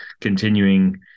continuing